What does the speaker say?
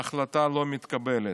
ההחלטה לא מתקבלת.